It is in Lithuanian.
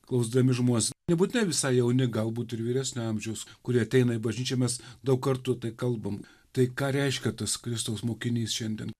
klausdami žmonės nebūtinai visai jauni galbūt ir vyresnio amžiaus kurie ateina į bažnyčią mes daug kartų tai kalbam tai ką reiškia tas kristaus mokinys šiandien